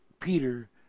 Peter